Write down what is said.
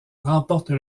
remporte